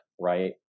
right